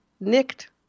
nicked